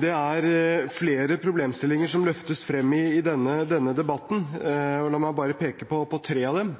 Det er flere problemstillinger som løftes frem i denne debatten, og la meg bare peke på tre av dem.